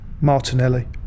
Martinelli